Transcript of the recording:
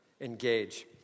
engage